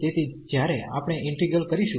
તેથી જ્યારે આપણે ઈન્ટિગ્રલકરીશું